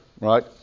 Right